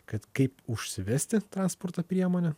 kad kaip užsivesti transporto priemonę